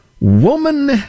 woman